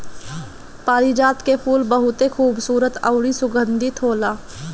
पारिजात के फूल बहुते खुबसूरत अउरी सुगंधित होला